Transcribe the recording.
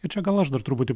ir čia gal aš dar truputį